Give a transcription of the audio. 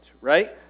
right